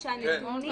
אי אמון במשטרה?